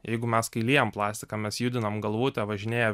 jeigu mes kai liejam plastiką mes judinam galvutę važinėja